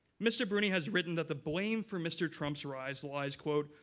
mr. bruni has written that the blame for mr. trump's rise lies, quote,